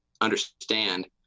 understand